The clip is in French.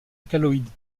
alcaloïdes